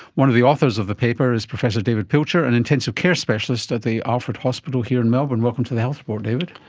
one of the authors of the paper is professor david pilcher, an intensive care specialist at the alfred hospital here in melbourne. welcome to the health report, david.